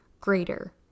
greater